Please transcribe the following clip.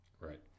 Right